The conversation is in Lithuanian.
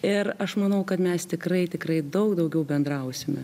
ir aš manau kad mes tikrai tikrai daug daugiau bendrausime